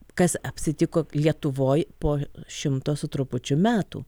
kas apsitiko lietuvoj po šimto su trupučiu metų